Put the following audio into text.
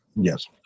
Yes